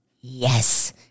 Yes